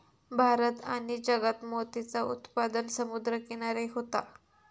भारत आणि जगात मोतीचा उत्पादन समुद्र किनारी होता